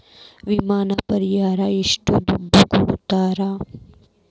ವಿಮೆ ಪರಿಹಾರ ಎಷ್ಟ ದುಡ್ಡ ಕೊಡ್ತಾರ?